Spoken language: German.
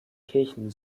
kirchen